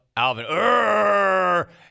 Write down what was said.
Alvin